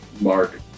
Mark